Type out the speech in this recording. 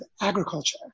agriculture